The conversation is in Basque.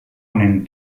honen